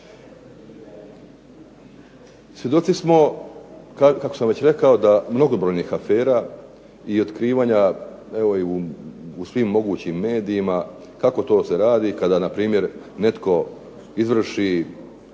Svjedoci smo, kako sam već rekao, mnogobrojnih afera i otkrivanja evo i u svim mogućim medijima kako to se radi kada npr. netko izvrši